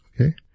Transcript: Okay